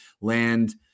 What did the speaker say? land